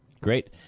great